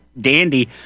Dandy